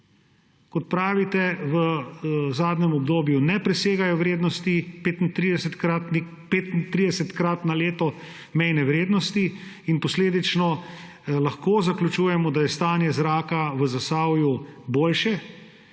Kot pravite, v zadnjem obdobju ne presegajo vrednosti 35-krat na leto mejne vrednosti in posledično lahko zaključujemo, da je stanje zraka v Zasavju boljše.